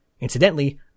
Incidentally